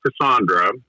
Cassandra